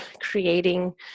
creating